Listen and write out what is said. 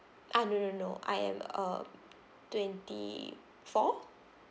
ah no no no I am uh twenty four